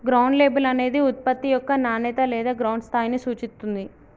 ground label అనేది ఉత్పత్తి యొక్క నాణేత లేదా గ్రౌండ్ స్థాయిని సూచిత్తుంది